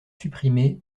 supprimées